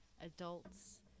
adults